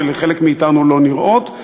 שלחלק מאתנו לא נראות.